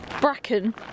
Bracken